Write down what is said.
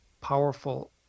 powerful